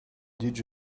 did